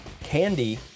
Candy